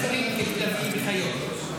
הם מתייחסים לאסירים כאל כלבים וכאל חיות.